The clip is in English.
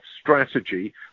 strategy